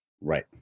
Right